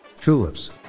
Tulips